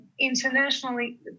internationally